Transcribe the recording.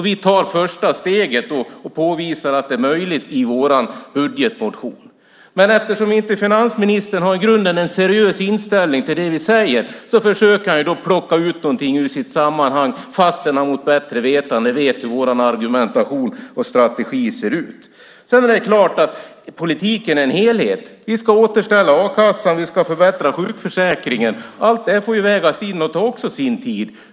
Vi tar första steget och påvisar att det är möjligt i vår budgetmotion. Men eftersom finansministern i grunden inte har en seriös inställning till det vi säger försöker han plocka ut något ur sitt sammanhang, fast han vet hur vår argumentation och strategi ser ut. Det är klart att politiken är en helhet. Vi ska återställa a-kassan, vi ska förbättra sjukförsäkringen; allt detta får vägas in och tar också sin tid.